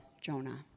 Jonah